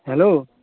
hello